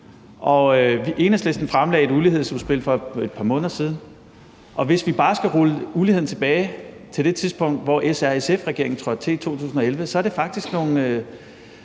Enhedslisten fremlagde et ulighedsudspil for et par måneder siden, og hvis vi bare skal rulle uligheden tilbage til det tidspunkt, hvor SRSF-regeringen trådte til i 2011, så er det faktisk nogle,